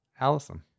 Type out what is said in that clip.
Allison